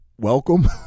welcome